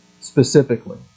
specifically